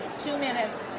two minutes.